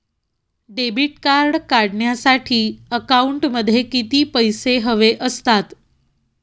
Debit card काढण्यासाठी अकाउंटमध्ये किती पैसे हवे असतात?